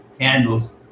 handles